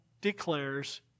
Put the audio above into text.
declares